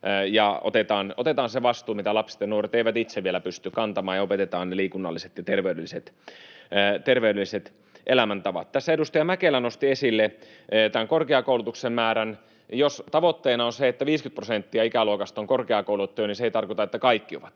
ja otetaan se vastuu, mitä lapset ja nuoret eivät itse vielä pysty kantamaan, ja opetetaan liikunnalliset ja terveelliset elämäntavat. Tässä edustaja Mäkelä nosti esille korkeakoulutuksen määrän: Jos tavoitteena on, että 50 prosenttia ikäluokasta on korkeakoulutettuja, niin se ei tarkoita, että kaikki ovat,